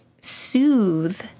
soothe